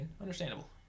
understandable